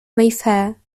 mayfair